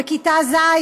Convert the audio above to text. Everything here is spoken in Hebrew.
בכיתה ז'.